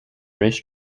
race